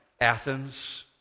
Athens